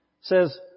says